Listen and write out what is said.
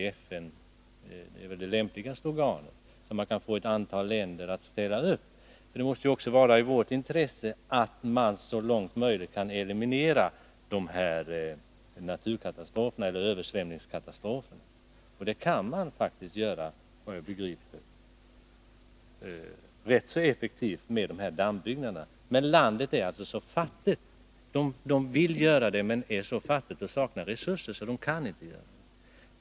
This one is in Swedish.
Det är väl det lämpligaste organet genom vilket ett antal länder kan ställa upp. Det måste ju ligga i vårt intresse att så långt det är möjligt minimera riskerna för sådana här översvämningskatastrofer. Det kan man, såvitt jag begriper, faktiskt göra på ett ganska effektivt sätt med dessa dammbyggnader. Landet vill också uppföra dammbyggnader, men det är så fattigt att det inte har resurser för att göra det.